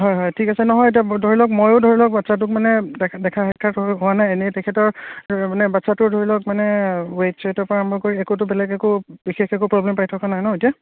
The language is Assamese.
হয় হয় ঠিক আছে নহয় এতিয়া ধৰি লওক মইয়ো ধৰি লওক বাচ্ছাটোক মানে দেখা দেখা সাক্ষাত হোৱা নাই এনে তেখেতৰ মানে বাচ্ছাটোৰ ধৰি লওক মানে ওৱেত চুৱেতৰ পৰা আৰম্ভ কৰি একোতো বেলেগ একো বিশেষ একো প্ৰব্লেম পাই থকা নাই ন এতিয়া